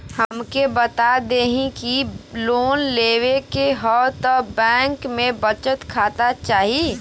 हमके बता देती की लोन लेवे के हव त बैंक में बचत खाता चाही?